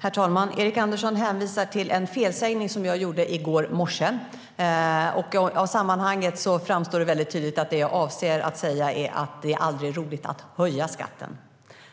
Herr talman! Erik Andersson hänvisar till en felsägning som jag gjorde i går morse. Av sammanhanget framgår det tydligt att det jag avser att säga är att det aldrig är roligt att höja skatten.